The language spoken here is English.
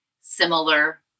similar